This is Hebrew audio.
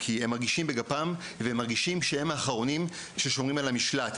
משום שהם מרגישים בגפם והם מרגישים שהם האחרונים ששומרים על המשלט.